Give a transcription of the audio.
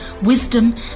wisdom